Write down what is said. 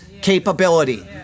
capability